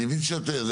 אני מבין שאת זה,